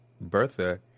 Bertha